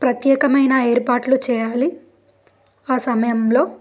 ప్రత్యేకమైన ఏర్పాట్లు చేయాలి ఆ సమయంలో